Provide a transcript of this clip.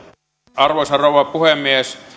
arvoisa rouva puhemies